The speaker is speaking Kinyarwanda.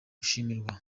gushimirwa